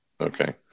okay